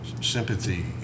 Sympathy